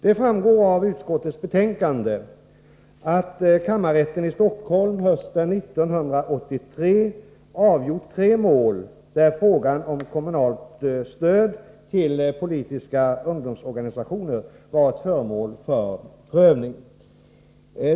Det framgår av utskottets betänkande att kammarrätten i Stockholm hösten 1983 avgjort tre mål där frågan om kommunalt stöd till politiska ungdomsorganisationer varit föremål för prövning.